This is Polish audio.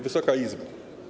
Wysoka Izbo!